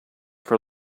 for